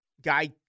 Guy